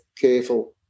careful